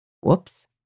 Whoops